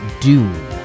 Dune